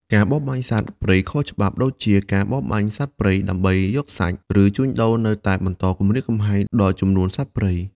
ការបរបាញ់សត្វព្រៃខុសច្បាប់ដូចជា ការបរបាញ់សត្វព្រៃដើម្បីយកសាច់ ឬជួញដូរនៅតែបន្តគំរាមកំហែងដល់ចំនួនសត្វព្រៃ។